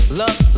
love